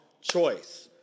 choice